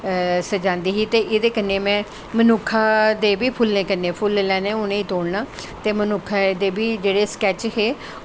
सज़ांदी ही ते एह्दे कन्नै में मनुक्ख दे बी फुल्लें कन्नै फुल्ल लैने उ'नें गी तोड़ना ते मनुक्खें दे बी जेह्ड़े स्कैच हे